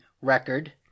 record